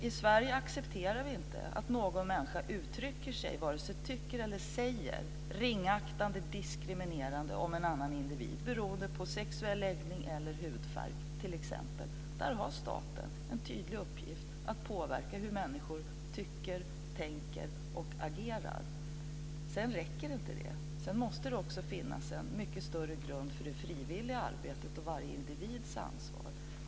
I Sverige accepterar vi inte att någon människa vare sig tycker eller säger något ringaktande och diskriminerande om en annan individ beroende på sexuell läggning eller hudfärg, t.ex. Där har staten en tydlig uppgift när det gäller att påverka hur människor tycker, tänker och agerar. Sedan räcker inte det. Det måste också finnas en mycket större grund för det frivilliga arbetet och varje individs ansvar.